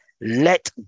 Let